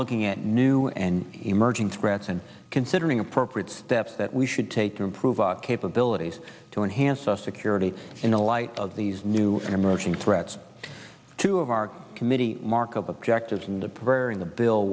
looking at new and emerging threats and considering appropriate steps that we should take to improve our capabilities to enhance our security in the light of these new emerging threats two of our committee markup objectives into preparing the bill